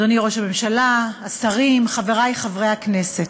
אדוני ראש הממשלה, השרים, חברי חברי הכנסת,